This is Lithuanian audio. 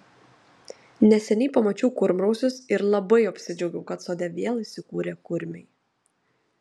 neseniai pamačiau kurmrausius ir labai apsidžiaugiau kad sode vėl įsikūrė kurmiai